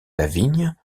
lavigne